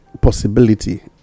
possibility